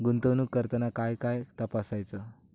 गुंतवणूक करताना काय काय तपासायच?